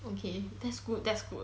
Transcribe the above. okay that's good that's good